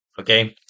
okay